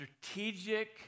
strategic